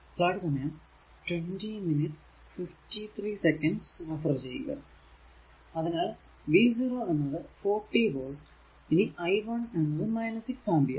അതിനാൽ v0 എന്നത് 40 volt ഇനി i1 എന്നത് 6 ആംപിയർ